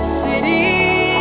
city